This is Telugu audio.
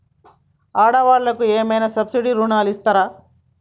ఆడ వాళ్ళకు ఏమైనా సబ్సిడీ రుణాలు ఇస్తారా?